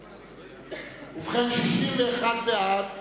ובכן, 61 בעד,